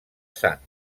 sang